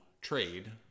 trade